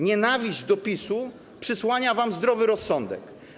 Nienawiść do PiS-u przysłania wam zdrowy rozsądek.